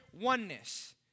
oneness